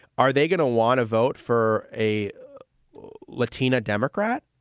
are they going to want to vote for a latina democrat?